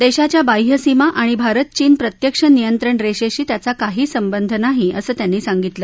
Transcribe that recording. देशाच्या बाह्यसीमा आणि भारत चीन प्रत्यक्ष नियंत्रण रेषेशी त्याचा काही संबंध नाही असं त्यांनी सांगितलं